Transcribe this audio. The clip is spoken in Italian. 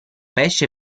pesce